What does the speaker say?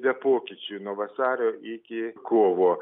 be pokyčių nuo vasario iki kovo